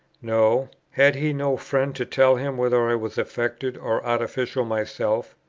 know! had he no friend to tell him whether i was affected or artificial myself?